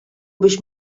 biex